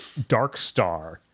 Darkstar